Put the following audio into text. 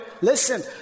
listen